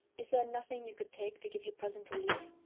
is there nothing you could take to give you present relief?